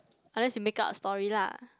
unless you make-up a story lah